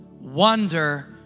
wonder